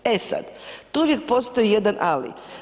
E sad, tu uvijek postoji jedan ali.